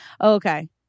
Okay